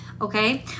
okay